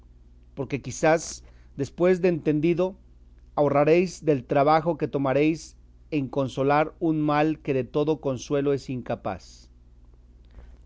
porque quizá después de entendido ahorraréis del trabajo que tomaréis en consolar un mal que de todo consuelo es incapaz